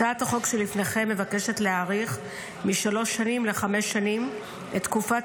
הצעת החוק שלפניכם מבקשת להאריך משלוש שנים לחמש שנים את תקופת